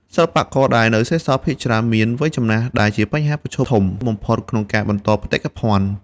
សិល្បករដែលនៅសេសសល់ភាគច្រើនមាន វ័យចំណាស់ ដែលជាបញ្ហាប្រឈមធំបំផុតក្នុងការបន្តបេតិកភណ្ឌ។